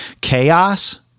chaos